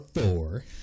four